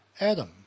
Adam